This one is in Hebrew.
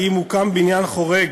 כי אם הוקם בניין חורג,